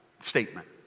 statement